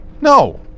No